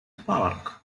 park